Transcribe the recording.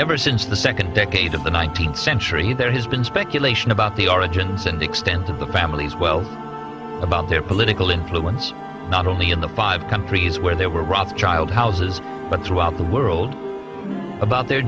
ever since the second decade of the nineteenth century there has been speculation about the origins and extent of the family's wealth about their political influence not only in the five countries where they were robbed child houses but throughout the world about their